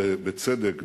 בצדק,